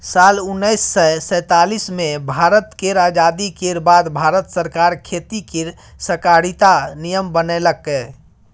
साल उन्नैस सय सैतालीस मे भारत केर आजादी केर बाद भारत सरकार खेती केर सहकारिता नियम बनेलकै